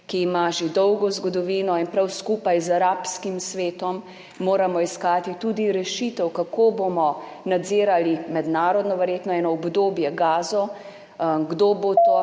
ki ima že dolgo zgodovino, in prav skupaj z arabskim svetom moramo iskati tudi rešitev, kako bomo nadzirali, verjetno eno obdobje mednarodno,